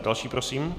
Další prosím.